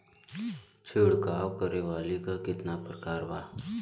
छिड़काव करे वाली क कितना प्रकार बा?